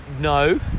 No